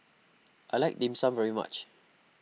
I like Dim Sum very much